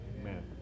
Amen